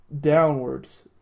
downwards